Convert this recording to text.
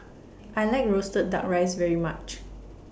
I like Roasted Duck Rice very much